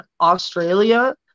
Australia